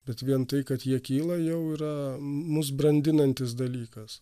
bet vien tai kad jie kyla jau yra mus brandinantis dalykas